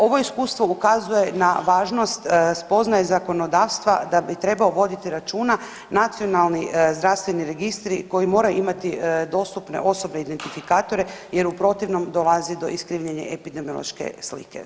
Ovo iskustvo ukazuje na važnost spoznaje zakonodavstva da bi trebao voditi računa nacionalni zdravstveni registri koji moraju imati dostupne osobne identifikatore jer u protivnom dolazi do iskrivljene epidemiološke slike.